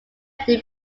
fled